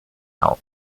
help